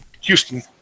Houston